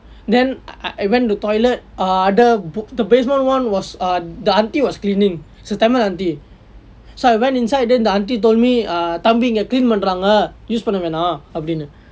then I I went to toilet uh the the basement one was err the aunty was cleaning it's a tamil aunty so I went inside then the auntie told me err தம்பி இங்க:thambi inga clean பண்றாங்க:pandraanga use பண்ண வேண்டாம்னு:vaendaamnu